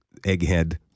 Egghead